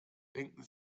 denken